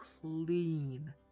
clean